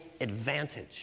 advantage